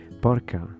porca